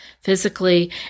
physically